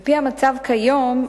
על-פי המצב היום,